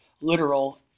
literal